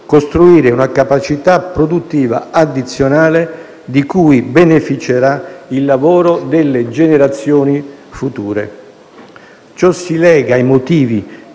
costruire una capacità produttiva addizionale di cui beneficerà il lavoro delle generazioni future. Ciò si lega ai motivi